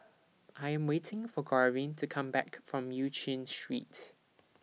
I Am waiting For Garvin to Come Back from EU Chin Street